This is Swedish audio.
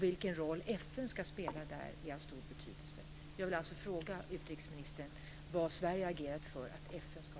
Vilken roll FN ska spela där är av stor betydelse.